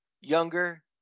younger